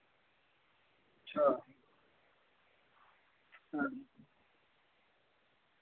अच्छा हां